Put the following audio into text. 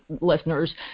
listeners